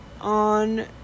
on